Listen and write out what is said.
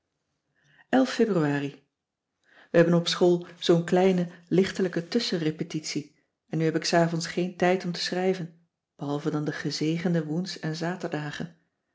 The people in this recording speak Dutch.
februari we hebben op school zoo'n kleine lichtelijke tusschen repetitie en nu heb ik s avonds geen tijd om te schrijven behalve dan de gezegende woens en zaterdagen